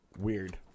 Weird